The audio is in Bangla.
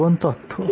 যেমন তথ্য